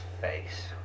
face